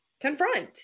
confront